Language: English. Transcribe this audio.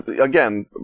Again